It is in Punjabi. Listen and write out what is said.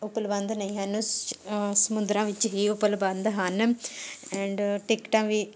ਉਪਲਬਧ ਨਹੀਂ ਹਨ ਸਮੁੰਦਰਾਂ ਵਿੱਚ ਹੀ ਉਪਲਬਧ ਹਨ ਐਂਡ ਟਿਕਟਾਂ ਵੀ